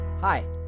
Hi